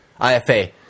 IFA